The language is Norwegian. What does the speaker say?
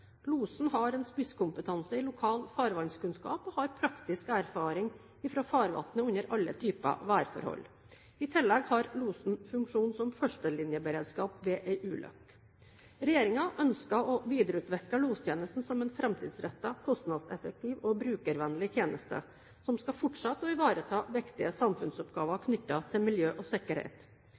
Losen har en spisskompetanse i lokal farvannskunnskap og har praktisk erfaring fra farvannet under alle typer værforhold. I tillegg har losen funksjon som førstelinjeberedskap ved en ulykke. Regjeringen ønsker å videreutvikle lostjenesten som en framtidsrettet, kostnadseffektiv og brukervennlig tjeneste, som skal fortsette å ivareta viktige samfunnsoppgaver knyttet til miljø og sikkerhet.